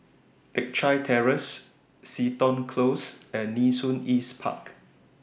Teck Chye Terrace Seton Close and Nee Soon East Park